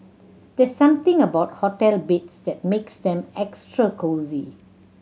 there's something about hotel beds that makes them extra cosy